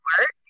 work